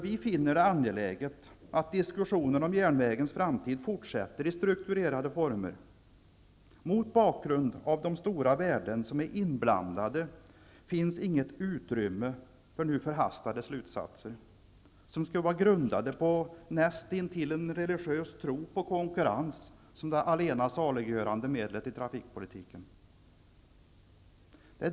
Vi finner det angeläget att diskussionen om järnvägens framtid fortsätter i strukturerade former. Mot bakgrund av de stora värden som är inblandade finns det inget utrymme för förhastade slutsatser grundade på en näst intill religiös tro på konkurrensen som det allena saliggörande medlet i trafikpolitiken.